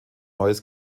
neues